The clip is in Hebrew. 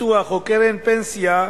ביטוח או קרן פנסיה,